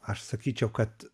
aš sakyčiau kad